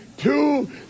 Two